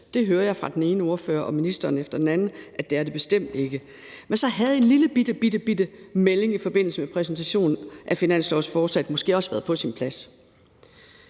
ministeren og fra den ene ordfører efter den anden at det bestemt ikke er. Men så havde en lillebitte melding i forbindelse med præsentationen af finanslovsforslaget måske også været på sin plads.